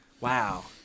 wow